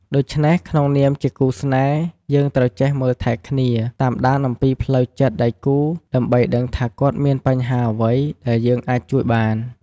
ដូច្នេះ ក្នុងនាមជាគូស្នេហ៍ យើងត្រូវចេះមើលថែគ្នា តាមដានអំពីផ្លូវចិត្តដៃគូ ដើម្បីដឹងថាគាត់មានបញ្ហាអ្វីដែលយើងអាចជួយបាន។